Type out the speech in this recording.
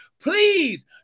please